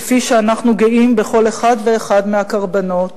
כפי שאנחנו גאים בכל אחד ואחד מהקורבנות